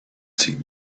seen